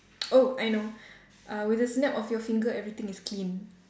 oh I know uh with a snap of your finger everything is clean